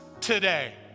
today